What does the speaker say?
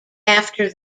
after